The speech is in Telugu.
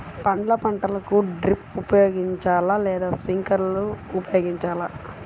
పండ్ల పంటలకు డ్రిప్ ఉపయోగించాలా లేదా స్ప్రింక్లర్ ఉపయోగించాలా?